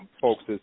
folks